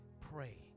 pray